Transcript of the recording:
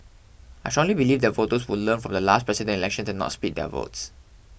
I strongly believe that voters would learn from the last Presidential Elections and not split their votes